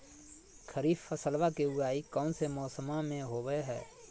खरीफ फसलवा के उगाई कौन से मौसमा मे होवय है?